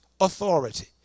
authority